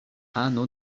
ano